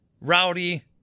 Rowdy